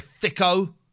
Thicko